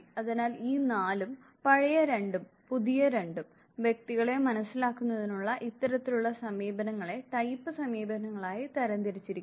അതിനാൽ ഈ നാലും പഴയ രണ്ടും പുതിയ രണ്ടും വ്യക്തികളെ മനസ്സിലാക്കുന്നതിനുള്ള ഇത്തരത്തിലുള്ള സമീപനങ്ങളെ ടൈപ്പ് സമീപനങ്ങളായി തരംതിരിച്ചിരിക്കുന്നു